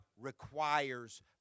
requires